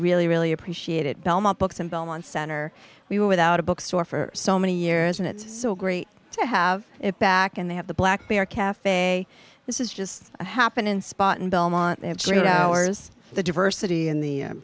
really really appreciate it belmont books and belmont center we were without a bookstore for so many years and it's so great to have it back and they have the black berry cafe this is just happened in spot in belmont through hours the diversity in the